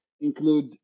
include